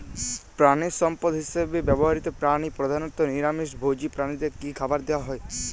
প্রাণিসম্পদ হিসেবে ব্যবহৃত প্রাণী প্রধানত নিরামিষ ভোজী প্রাণীদের কী খাবার দেয়া হয়?